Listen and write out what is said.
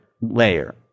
layer